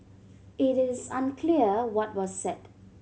it is unclear what was said